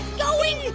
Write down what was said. going